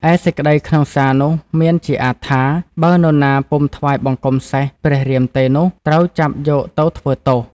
ឯសេចក្តីក្នុងសារនោះមានជាអាទិថា« បើនរណាពុំថ្វាយបង្គំសេះព្រះរាមទេនោះត្រូវចាប់យកទៅធ្វើទោស»។